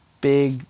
big